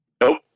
Nope